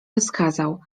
rozkazał